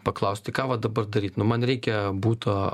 paklaus tai ką va dabar daryt nu man reikia buto